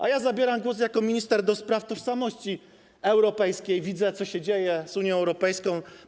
A ja zabieram głos jako minister do spraw tożsamości europejskiej, widzę, co się dzieje z Unią Europejską.